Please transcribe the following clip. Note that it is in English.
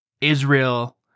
Israel